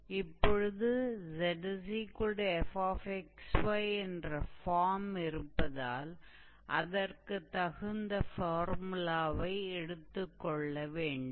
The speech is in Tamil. இப்பொழுது 𝑧𝑓𝑥𝑦 என்ற ஃபார்ம் இருப்பதால் அதற்குத் தகுந்த ஃபார்முலாவை எடுத்துக் கொள்ள வேண்டும்